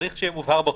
צריך שיהיה מובהר בחוק,